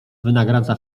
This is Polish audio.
wynagradza